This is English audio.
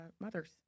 mothers